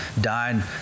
died